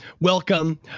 welcome